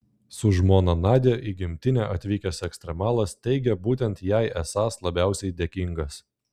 su žmona nadia į gimtinę atvykęs ekstremalas teigė būtent jai esąs labiausiai dėkingas